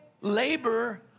labor